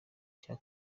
cya